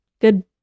Good